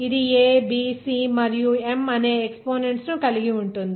ఇది a b c మరియు m అనే ఎక్సపోనెంట్స్ ను కలిగి ఉంటుంది